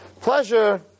Pleasure